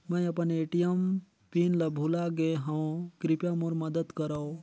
मैं अपन ATM PIN ल भुला गे हवों, कृपया मोर मदद करव